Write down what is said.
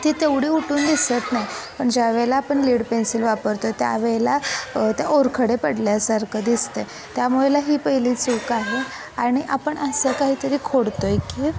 ती तेवढी उठून दिसत नाही पण ज्यावेळेला आपण लेड पेन्सिल वापरतो आहे त्यावेळेला त्या ओरखडे पडल्यासारखं दिसतं आहे त्यामुळे ही पहिली चूक आहे आणि आपण असं काहीतरी खोडतो आहे की